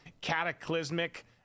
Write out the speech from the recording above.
cataclysmic